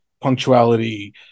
punctuality